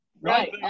Right